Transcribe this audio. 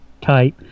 type